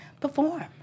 perform